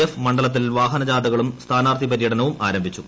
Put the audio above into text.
F മണ്ഡലത്തിൽ വാഹനജാഥകളും സ്ഥാനാർത്ഥി പര്യടനവും ആരംഭിച്ചു